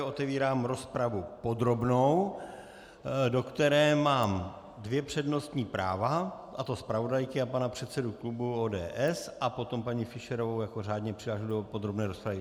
Otevírám rozpravu podrobnou, do které mám dvě přednostní práva, a to zpravodajky a pana předsedy klubu ODS, a potom paní Fischerovou jako řádně přihlášenou do podrobné rozpravy.